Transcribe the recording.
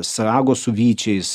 sragos su vyčiais